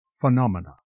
phenomena